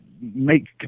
make